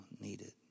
needed